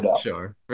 sure